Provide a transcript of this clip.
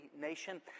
nation